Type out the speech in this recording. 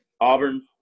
Auburn